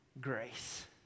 grace